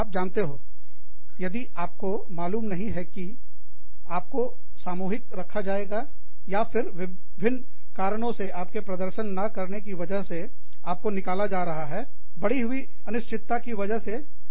आप जानते हो यदि आपको मालूम नहीं है कि क्या आप को सामूहिक रखा जाएगा या फिर विभिन्न कारणों से आपके प्रदर्शन ना करने की वजह से आपको निकाला जा रहा है बढ़ी हुई अनिश्चितता की वजह से तनाव अधिक होगा